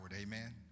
amen